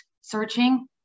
searching